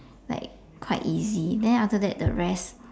like quite easy then after that the rest